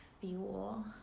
fuel